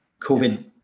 COVID